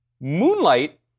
Moonlight